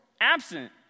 absent